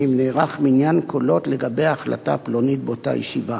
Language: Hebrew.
ואם נערך מניין קולות לגבי החלטה פלונית באותה ישיבה,